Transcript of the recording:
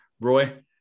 roy